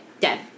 dead